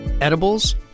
edibles